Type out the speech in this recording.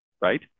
right